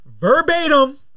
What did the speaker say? verbatim